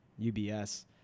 UBS